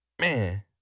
man